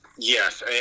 Yes